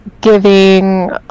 giving